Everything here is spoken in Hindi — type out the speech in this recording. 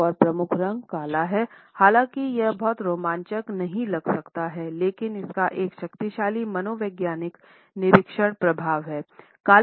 एक और प्रमुख रंग काला है हालांकि यह बहुत रोमांचक नहीं लग सकता है लेकिन इसका एक शक्तिशाली मनोवैज्ञानिक निरीक्षक प्रभाव है